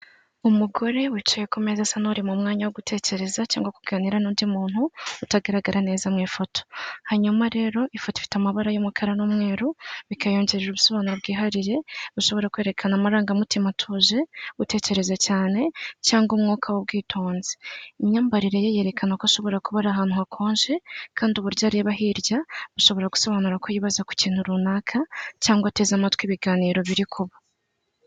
umugore wicaye ku meza asa n'uri mu mwanya wo gutekereza cyangwa kuganira n'undi muntu utagaragara neza mu ifoto hanyuma rero ifoto ifite amabara y'umukara n'umweru bikayongerera ubusobanuro bwihariye bushobora kwerekana amarangamutima tuje gutekereza cyane cyangwa umwuka w'ubwitonzi imyambarire yerekana ko ashobora kuba ari ahantu hakonje kandi uburyo areba hirya ashobora gusobanura ko yibaza ku kintu runaka cyangwa ateze amatwi ibiganiro biri kuba.